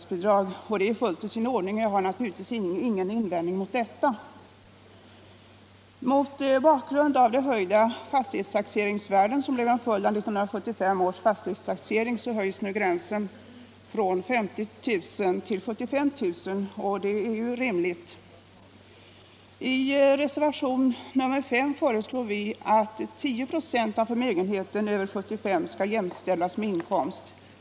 Det är 7 maj 1976 fullt i sin ordning, och jag har naturligtvis ingen invändning mot detta. Mot bakgrund av de höjda fastighetstaxeringsvärden som blir en följd Bostadsbidrag av 1975 års fastighetstaxering höjs nu förmögenhetsgränsen från 50 000 kr. till 75 000 kr., och det är rimligt. I reservation nr 5 föreslår vi att 10 96 av förmögenhet över 75 000 kr. skall jämställas med inkomst.